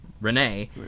renee